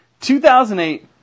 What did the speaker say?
2008